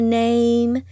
name